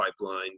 pipelines